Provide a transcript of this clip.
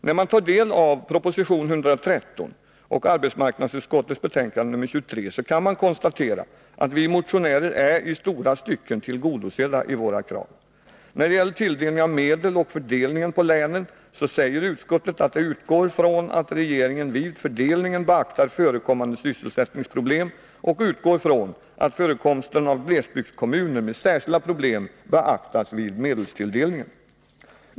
När man tar del av proposition 113 och arbetsmarknadsutskottets betänkande nr 23 kan man konstatera att kraven i våra motioner i stora stycken är tillgodosedda. När det gäller tilldelningen av medel och fördelningen på länen säger utskottet att det utgår från att regeringen vid fördelningen beaktar förekommande sysselsättningsproblem och utgår från att förekomsten av glesbygdskommuner med särskilda problem beaktas vid medelstilldelningen.